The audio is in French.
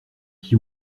qui